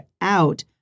out